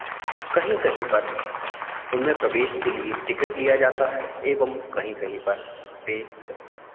कहीं कहीं पर उनमें प्रवेश के लिए टिकट लिया जाता है एवं कहीं कहीं पर वे